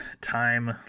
time